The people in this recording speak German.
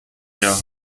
her